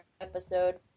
episode